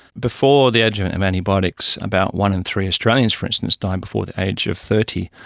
before the advent of antibiotics, about one in three australians for instance died before the age of thirty.